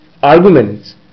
Arguments